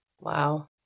Wow